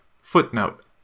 Footnote